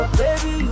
baby